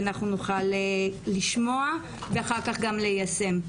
שאנחנו נוכל לשמוע ואחר כך גם ליישם.